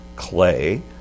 clay